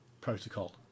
Protocol